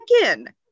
again